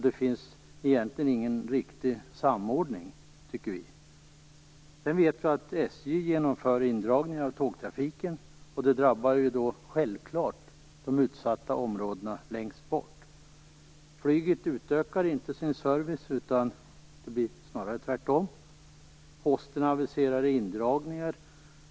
Det finns egentligen ingen riktig samordning, tycker vi. Sedan vet vi att SJ genomför indragningar av tågtrafiken, vilket självfallet drabbar de utsatta områdena som ligger längst bort. Flyget utökar inte sin service, snarare tvärtom. Posten aviserar indragningar.